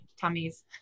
tummies